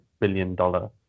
billion-dollar